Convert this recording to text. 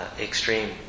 extreme